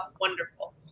wonderful